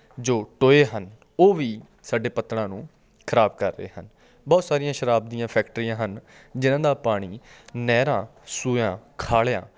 ਜੋ ਟੋਏ ਹਨ ਉਹ ਵੀ ਸਾਡੇ ਪੱਤਣਾਂ ਨੂੰ ਖਰਾਬ ਕਰ ਰਹੇ ਹਨ ਬਹੁਤ ਸਾਰੀਆਂ ਸ਼ਰਾਬ ਦੀਆਂ ਫੈਕਟਰੀਆਂ ਹਨ ਜਿਨ੍ਹਾਂ ਦਾ ਪਾਣੀ ਨਹਿਰਾਂ ਸੂਇਆ ਖਾਲਿਆ